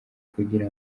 kugira